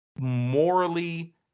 morally